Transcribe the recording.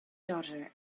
daughter